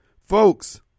folks